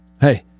Hey